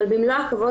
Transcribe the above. אבל במלוא הכבוד,